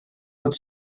would